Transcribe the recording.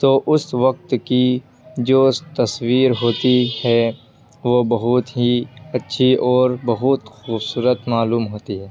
تو اس وقت کی جو تصویر ہوتی ہے وہ بہت ہی اچھی اور بہت خوبصورت معلوم ہوتی ہے